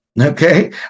Okay